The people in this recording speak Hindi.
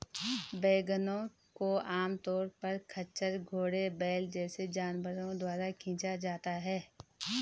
वैगनों को आमतौर पर खच्चर, घोड़े, बैल जैसे जानवरों द्वारा खींचा जाता है